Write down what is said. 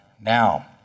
Now